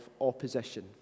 opposition